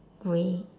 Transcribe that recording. grey